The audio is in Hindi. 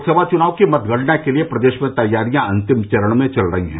लोकसभा चुनाव की मतगणना के लिये प्रदेश में तैयारियां अंतिम चरण में चल रही हैं